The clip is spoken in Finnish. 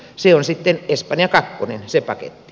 se on sitten espanja kakkonen se paketti